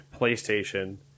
PlayStation